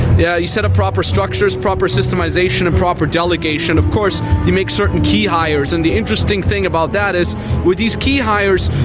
yeah you set up proper structures, proper systemization and proper delegation. of course, you make certain key hires. and the interesting thing about that is with these key hires,